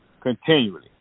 continually